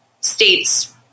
States